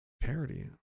parody